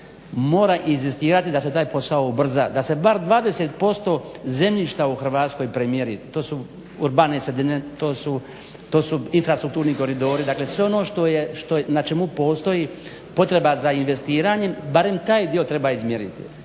mora inzistirati da se taj posao ubrza, da se bar 20% zemljišta u Hrvatskoj premjeri. To su urbane sredine, to su infrastrukturni koridori, dakle sve ono na čemu postoji potreba za investiranjem, barem taj dio treba izmjeriti,